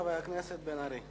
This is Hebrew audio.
חבר הכנסת מיכאל בן-ארי,